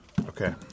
Okay